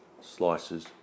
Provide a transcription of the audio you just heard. slices